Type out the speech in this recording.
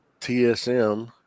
TSM